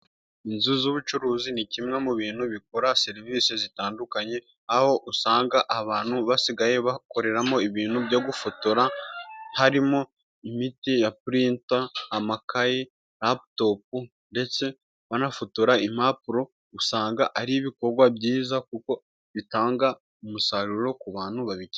Inzu z'ubucuruzi ni kimwe mu bintu bikora serivisi zitandukanye aho usanga abantu basigaye bakoreramo ibintu byo gufotora harimo imiti ya purinta, amakayi, laputopu ndetse banafotora impapuro; usanga ari ibikorwa byiza kuko bitanga umusaruro ku bantu babikeneye.